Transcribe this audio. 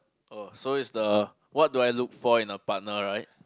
oh so is the what do I look for in a partner right